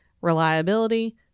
reliability